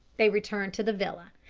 they returned to the villa.